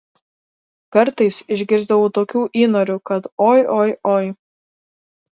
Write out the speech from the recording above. kartais išgirsdavau tokių įnorių kad oi oi oi